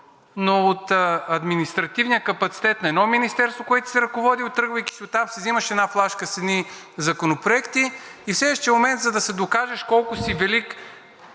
но от административния капацитет на едно министерство, което си ръководил, тръгвайки си оттам, си взимаш една флашка с едни законопроекти и в следващия момент, за да докажеш колко си велик